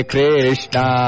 Krishna